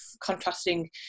contrasting